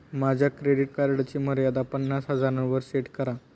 माझ्या क्रेडिट कार्डची मर्यादा पन्नास हजारांवर सेट करा